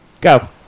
Go